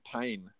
pain